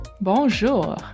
bonjour